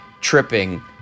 tripping